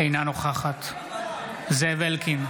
אינה נוכחת זאב אלקין,